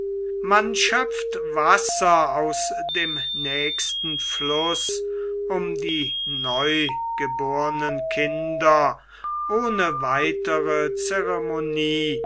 man schöpft wasser aus dem nächsten fluß um die neugebornen kinder ohne weitere ceremonie